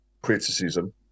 criticism